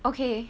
okay